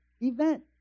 event